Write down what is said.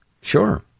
Sure